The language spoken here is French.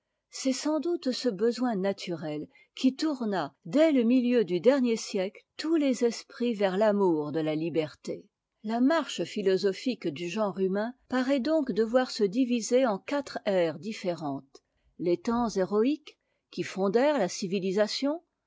c'est sans doute ce besoin naturel qui tourna dès le milieu du dernier siècle tous les esprits vers t'amour de'ta liberté la marche philosophique du genre humain paraît donc devoir se diviser en quatre ères différentes les temps héroïques qui fondèrent ia civilisation